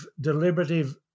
deliberative